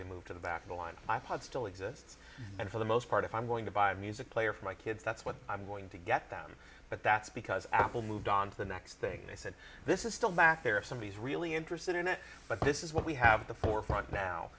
to move to the back of the line i pod still exists and for the most part if i'm going to buy a music player for my kids that's what i'm going to get them but that's because apple moved on to the next thing they said this is still back there or somebody is really interested in it but this is what we have at the forefront now